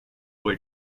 were